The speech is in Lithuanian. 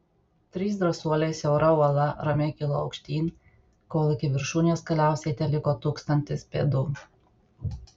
trys drąsuoliai siaura uola ramiai kilo aukštyn kol iki viršūnės galiausiai teliko tūkstantis pėdų